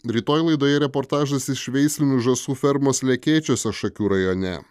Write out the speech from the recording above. rytoj laidoje reportažas iš veislinių žąsų fermos lekėčiuose šakių rajone